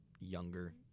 younger